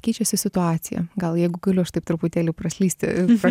keičiasi situacija gal jeigu galiu aš taip truputėlį praslysti pro